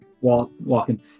walking